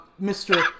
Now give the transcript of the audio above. Mr